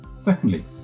Secondly